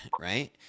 right